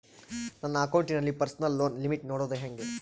ನನ್ನ ಅಕೌಂಟಿನಲ್ಲಿ personal loan limit ನೋಡದು ಹೆಂಗೆ?